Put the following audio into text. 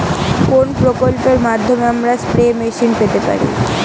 কোন প্রকল্পের মাধ্যমে আমরা স্প্রে মেশিন পেতে পারি?